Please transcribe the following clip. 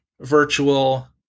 virtual